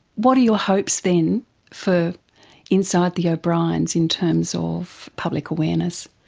what are your hopes then for inside the o'briens in terms of public awareness?